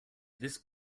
this